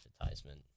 advertisement